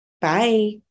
Bye